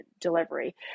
delivery